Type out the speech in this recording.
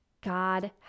God